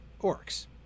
orcs